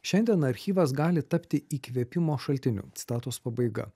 šiandien archyvas gali tapti įkvėpimo šaltiniu citatos pabaiga